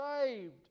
saved